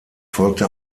folgte